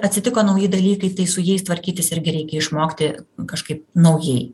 atsitiko nauji dalykai tai su jais tvarkytis irgi reikia išmokti kažkaip naujai